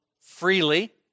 freely